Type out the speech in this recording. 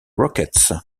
rockets